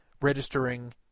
registering